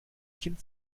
kind